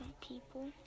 people